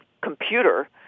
computer